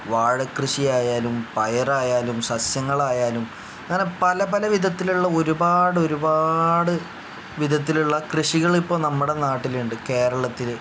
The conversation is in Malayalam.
വാഴ കൃഷി ആയാലും പയറായാലും സസ്യങ്ങളായാലും അങ്ങനെ പല പല വിധത്തിലുള്ള ഒരുപാട് ഒരുപാട് വിധത്തിലുള്ള കൃഷികൾ ഇപ്പോൾ നമ്മുടെ നാട്ടിലുണ്ട് കേരളത്തിൽ